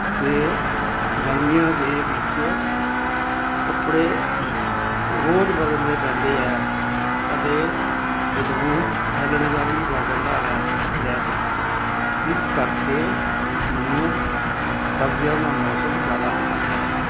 ਤੇ ਗਰਮੀਆਂ ਦੇ ਵਿੱਚ ਕੱਪੜੇ ਰੋਜ਼ ਬਦਲਣੇ ਪੈਂਦੇ ਹੈ ਅਤੇ ਬਦਬੂ ਫੈਲਣੇ ਦਾ ਵੀ ਡਰ ਰਹਿੰਦਾ ਹੈ ਕੱਪੜਿਆਂ ਚ ਇਸ ਕਰਕੇ ਮੈਨੂੰ ਸਰਦੀਆਂ ਦਾ ਮੌਸਮ ਜ਼ਿਆਦਾ ਪਸੰਦ ਹੈ